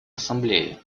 ассамблеи